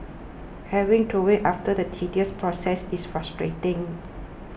having to wait after the tedious process is frustrating